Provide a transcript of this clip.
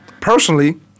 Personally